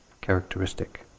characteristic